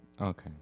Okay